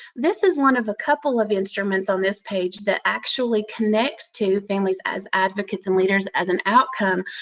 this is one of a couple of instruments on this page that actually connects to families as advocates and leaders as an outcome,